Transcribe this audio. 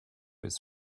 his